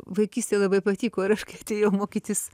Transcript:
vaikystėj labai patiko ir aš kai atėjau mokytis